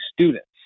students